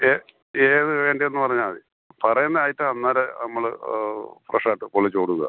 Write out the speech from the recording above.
ഏ ഏത് വേണ്ടതെന്ന് പറഞ്ഞാൽ മതി പറയുന്ന ഐറ്റം അന്നേരം നമ്മൾ ഫ്രഷ് ആയിട്ട് പൊള്ളിച്ച് കൊടുക്കുവാണ്